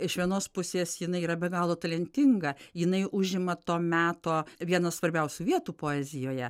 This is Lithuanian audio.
iš vienos pusės jinai yra be galo talentinga jinai užima to meto vieną svarbiausių vietų poezijoje